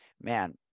man